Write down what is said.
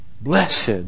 Blessed